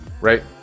right